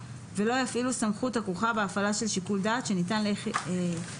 ולא יפעילו סמכות הכרוכה בהפעלה של שיוקל דעת שניתן למנהל